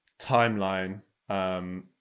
timeline